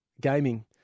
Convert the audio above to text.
gaming